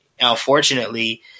unfortunately